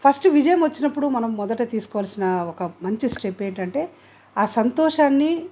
first విజయం వచ్చినపుడు మనం మొదట తీసుకోవాల్సిన ఒక మంచి స్టెప్ ఏంటంటే ఆ సంతోషాన్ని